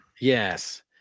Yes